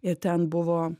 ir ten buvo